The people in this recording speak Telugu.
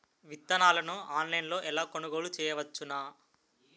విత్తనాలను ఆన్లైన్లో ఎలా కొనుగోలు చేయవచ్చున?